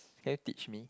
can you teach me